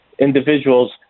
individuals